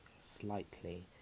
slightly